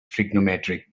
trigonometric